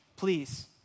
Please